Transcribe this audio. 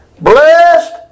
Blessed